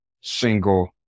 single